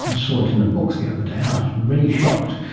i saw it in a book the other day, i was really shocked,